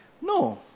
No